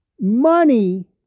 Money